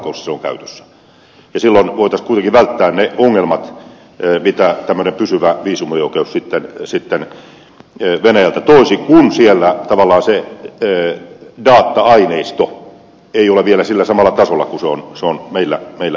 ja silloin kuitenkin voitaisiin välttää ne ongelmat mitä tämmöinen pysyvä viisumioikeus venäjältä toisi kun siellä se data aineisto ei ole vielä samalla tasolla kuin se meillä on